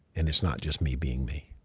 and it's not just me being me.